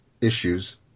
issues